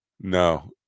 No